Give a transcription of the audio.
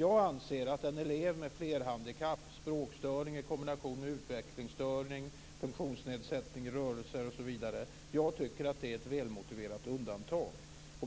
Jag anser att en elev med flerhandikapp, språkstörning i kombination med utvecklingsstörning, funktionsnedsättning, rörelsehinder osv. är ett välmotiverat undantag.